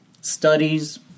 studies